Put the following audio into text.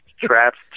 traps